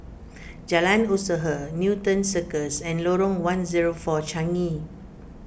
Jalan Usaha Newton Circus and Lorong one zero four Changi